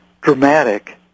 dramatic